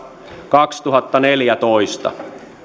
kaksituhattaneljätoista